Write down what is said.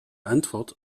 antwort